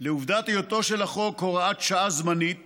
לעובדת היותו של החוק הוראת שעה זמנית